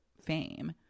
fame